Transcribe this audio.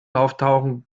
auftauchen